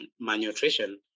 malnutrition